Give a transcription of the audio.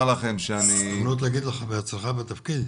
לך --- זו הזדמנות להגיד לך בהצלחה בתפקיד,